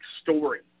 story